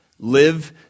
Live